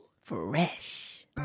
Fresh